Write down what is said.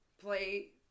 play